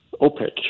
OPEC